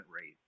rate